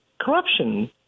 corruption